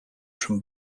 from